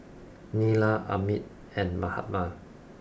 Neila Amit and Mahatma